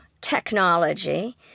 technology